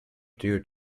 due